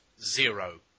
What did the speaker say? zero